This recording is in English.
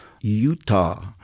Utah